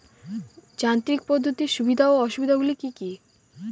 যান্ত্রিক পদ্ধতির সুবিধা ও অসুবিধা গুলি কি কি?